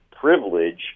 privilege